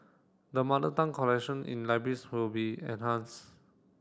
the Mother Tongue collection in libraries will be enhanced